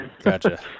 gotcha